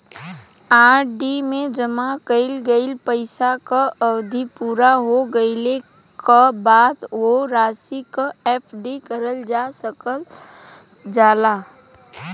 RD में जमा कइल गइल पइसा क अवधि पूरा हो गइले क बाद वो राशि क एफ.डी करल जा सकल जाला